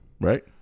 right